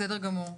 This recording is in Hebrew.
בסדר גמור.